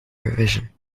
revision